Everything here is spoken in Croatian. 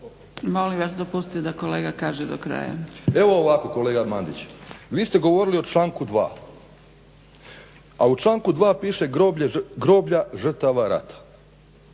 Molim vas dopustite da kolega kaže do kraja. **Grubišić, Boro (HDSSB)** Evo ovako kolega Mandić vi ste govorili o članku 2., a u članku 2. piše groblja žrtava rata